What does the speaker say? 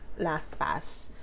LastPass